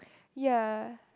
ya